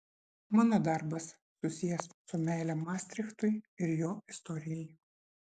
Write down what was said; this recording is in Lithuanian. mano darbas susijęs su meile mastrichtui ir jo istorijai